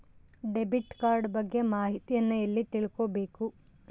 Debit card ಬಗ್ಗೆ ಮಾಹಿತಿಯನ್ನ ಎಲ್ಲಿ ತಿಳ್ಕೊಬೇಕು?